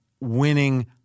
winning